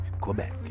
Quebec